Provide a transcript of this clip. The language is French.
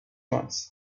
jointes